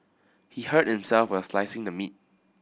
he hurt himself while slicing the meat